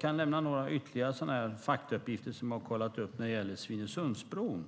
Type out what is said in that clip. kan nämna några ytterligare faktauppgifter som jag har kontrollerat när det gäller Svinesundsbron.